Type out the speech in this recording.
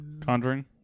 Conjuring